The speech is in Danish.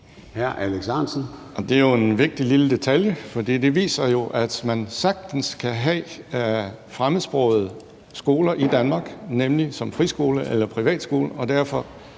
Det er jo en vigtig lille detalje, for det viser, at man sagtens kan have fremmedsprogede skoler i Danmark, nemlig som friskole eller privatskole,